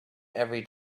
every